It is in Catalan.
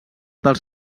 dels